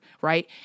right